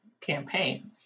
campaign